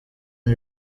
and